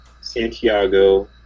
Santiago